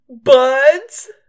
buds